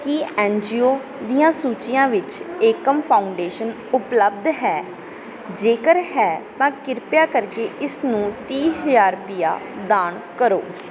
ਕੀ N G O ਦੀਆਂ ਸੂਚੀ ਵਿੱਚ ਏਕਮ ਫਾਊਂਡੇਸ਼ਨ ਉਪਲੱਬਧ ਹੈ ਜੇਕਰ ਹੈ ਤਾਂ ਕਿਰਪਾ ਕਰਕੇ ਇਸ ਨੂੰ ਤੀਹ ਹਜ਼ਾਰ ਰੁਪਇਆ ਦਾਨ ਕਰੋ